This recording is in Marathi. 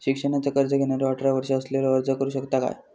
शिक्षणाचा कर्ज घेणारो अठरा वर्ष असलेलो अर्ज करू शकता काय?